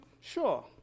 Sure